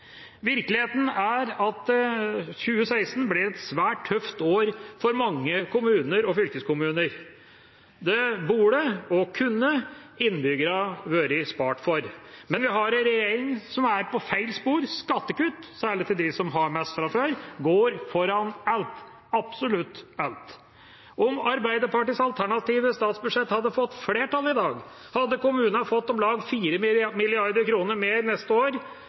Virkeligheten er at 2016 blir et svært tøft år for mange kommuner og fylkeskommuner. Det burde og kunne innbyggerne vært spart for. Men vi har en regjering som er på feil spor. Skattekutt, særlig til dem som har mest fra før, går foran alt – absolutt alt. Om Arbeiderpartiets alternative statsbudsjett hadde fått flertall i dag, hadde kommunene neste år fått om lag 4 mrd. kr mer